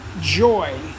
joy